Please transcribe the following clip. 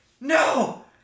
no